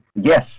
yes